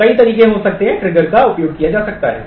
तो कई तरीके हो सकते हैं ट्रिगर का उपयोग किया जा सकता है